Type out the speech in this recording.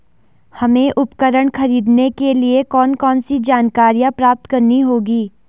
हमें उपकरण खरीदने के लिए कौन कौन सी जानकारियां प्राप्त करनी होगी?